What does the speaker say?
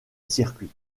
circuit